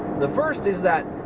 the first is that,